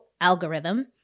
algorithm